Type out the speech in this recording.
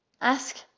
ask